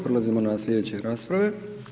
Prelazimo na sljedeće rasprave.